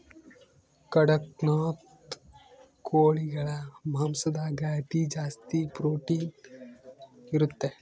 ಕಡಖ್ನಾಥ್ ಕೋಳಿಗಳ ಮಾಂಸದಾಗ ಅತಿ ಜಾಸ್ತಿ ಪ್ರೊಟೀನ್ ಇರುತ್ತೆ